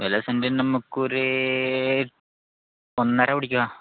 വില സെന്റിന് നമുക്ക് ഒരു ഒന്നര കൂട്ടിക്കോ